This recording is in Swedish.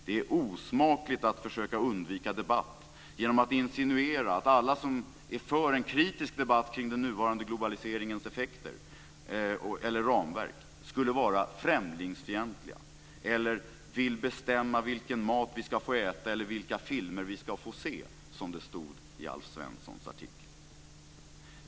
Det är osmakligt att försöka undvika debatt genom att insinuera att alla som är för en kritisk debatt omkring den nuvarande globaliseringens effekter eller ramverk skulle vara främlingsfientliga eller att de skulle vilja "bestämma vilken mat vi ska få äta och vilka filmer vi ska få se" som det stod i Alf Svenssons artikel.